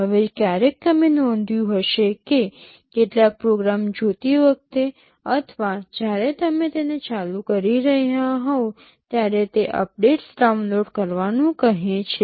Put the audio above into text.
હવે ક્યારેક તમે નોંધ્યું હશે કે કેટલાક પ્રોગ્રામ જોતી વખતે અથવા જ્યારે તમે તેને ચાલુ કરી રહ્યાં હોવ ત્યારે તે અપડેટ્સ ડાઉનલોડ કરવાનું કહે છે